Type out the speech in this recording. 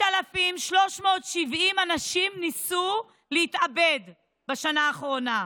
6,370 אנשים ניסו להתאבד בשנה האחרונה.